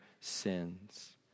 sins